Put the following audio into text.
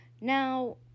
now